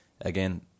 Again